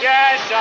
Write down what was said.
Yes